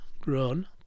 grown